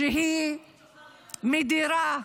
שהיא מדירה,